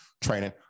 training